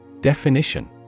Definition